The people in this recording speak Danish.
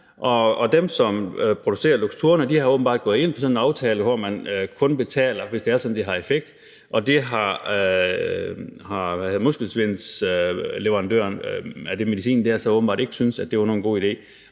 dem, som producerer Luxturna, er åbenbart gået ind for sådan en aftale, hvor man kun betaler, hvis det er sådan, at det har effekt, og det har leverandøren af den muskelsvindmedicin så åbenbart ikke syntes var en god idé.